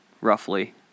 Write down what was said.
roughly